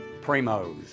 primos